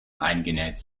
eingenäht